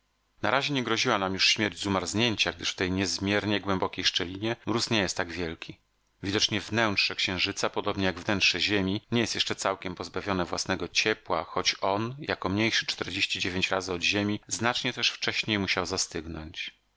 na razie nie groziła nam już śmierć z umarznięcia gdyż w tej niezmiernie głębokiej szczelinie mróz nie jest taki wielki widocznie wnętrze księżyca podobnie jak wnętrze ziemi nie jest jeszcze całkiem pozbawione własnego ciepła choć on jako mniejszy razy od ziemi znacznie też wcześniej musiał zastygnąć